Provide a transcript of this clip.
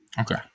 Okay